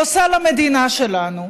עושה למדינה שלנו.